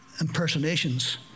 impersonations